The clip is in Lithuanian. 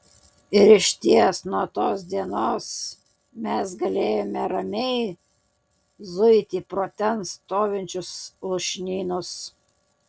ir išties nuo tos dienos mes galėjome ramiai zuiti pro ten stovinčius lūšnynus